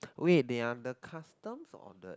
wait they are the customs or the